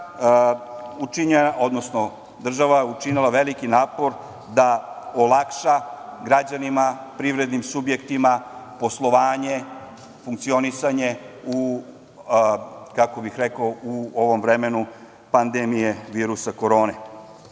država je učinila veliki napor da olakša građanima, privrednim subjektima poslovanje, funkcionisanje u ovom vremenu pandemije virusa korone. Treba